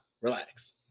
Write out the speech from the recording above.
Relax